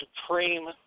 supreme